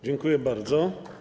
Dziękuję bardzo.